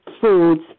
foods